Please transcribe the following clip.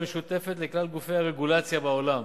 אלא משותפת לכלל גופי הרגולציה בעולם.